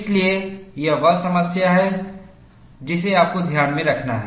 इसलिए यह वह समस्या है जिसे आपको ध्यान में रखना है